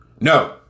No